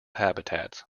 habitats